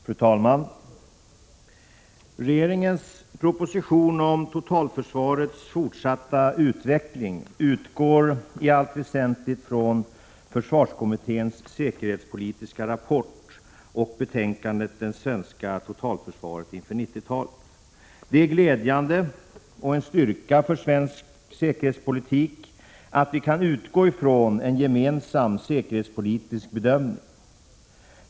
Fru talman! Regeringens proposition om totalförsvarets fortsatta utveckling utgår i allt väsentligt från försvarskommitténs säkerhetspolitiska rapport och betänkandet Det svenska totalförsvaret inför 1990-talet. Det är glädjande och en styrka för svensk säkerhetspolitik att vi kan utgå från en gemensam säkerhetspolitisk bedömning.